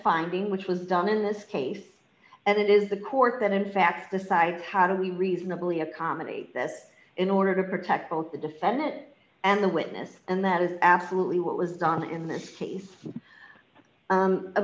finding which was done in this case and it is the court that in fact the side how do we reasonably accommodate this in order to protect both the defendant and the witness and that is absolutely what was done in this case